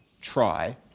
try